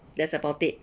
that's about it